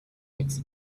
its